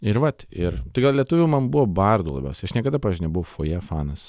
ir vat ir tai gal lietuvių man buvo bardų labiausiai aš niekada nebuvau fojė fanas